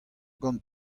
gant